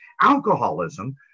Alcoholism